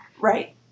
Right